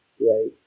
right